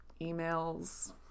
emails